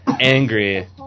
angry